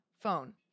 phone